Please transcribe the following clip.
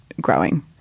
growing